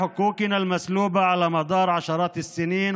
כדי להילחם בכל הכוח על זכויותינו שנשללו לאורך עשרות שנים,